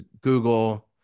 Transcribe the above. Google